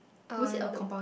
uh nope